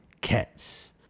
cats